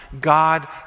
God